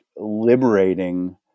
liberating